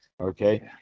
Okay